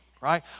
right